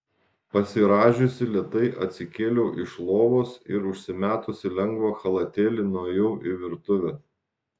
pasirąžiusi lėtai atsikėliau iš lovos ir užsimetusi lengvą chalatėlį nuėjau į virtuvę